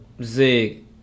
Zig